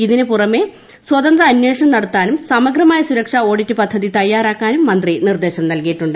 ഇതിന് പുറമെ സ്വതന്ത്ര അന്വേഷണം നടത്താനും സമഗ്രമായ സുരക്ഷ ഓഡിറ്റ് പദ്ധതി തയ്യാറാക്കാനും മന്ത്രി നിർദ്ദേശം നൽകിയിട്ടുണ്ട്